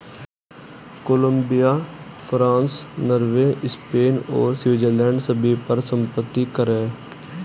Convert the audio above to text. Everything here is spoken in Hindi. कोलंबिया, फ्रांस, नॉर्वे, स्पेन और स्विट्जरलैंड सभी पर संपत्ति कर हैं